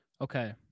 Okay